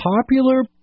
popular